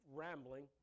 rambling